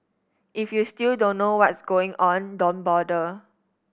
if you still don't know what's going on don't bother